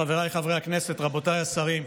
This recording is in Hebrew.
חבריי חברי הכנסת, רבותיי השרים,